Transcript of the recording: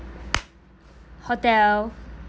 hotel